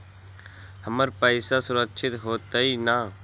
हमर पईसा सुरक्षित होतई न?